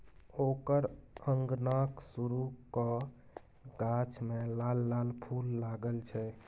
ओकर अंगनाक सुरू क गाछ मे लाल लाल फूल लागल छै